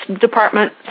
Department